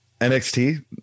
NXT